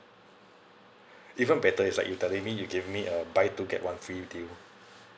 even better it's like you telling me you give me uh buy two get one free deal